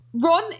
Ron